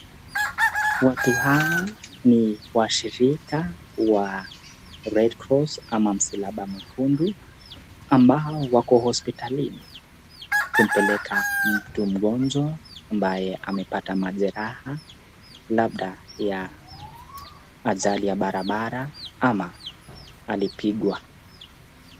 Watu hawa ni washirika wa Red Cross ama msalaba mwekundu ambao wako hosiptalini kumpeleka mtu mgonjwa ambaye amepata majeraha labda ya ajali ya barabara ama alipigwa.